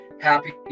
happy